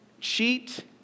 cheat